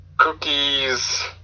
cookies